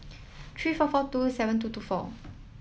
three four four two seven two two four